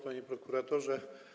Panie Prokuratorze!